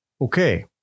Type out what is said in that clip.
Okay